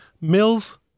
Mills